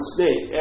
Snake